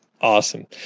awesome